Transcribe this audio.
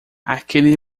aquele